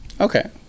okay